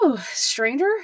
stranger